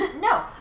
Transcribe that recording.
No